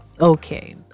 Okay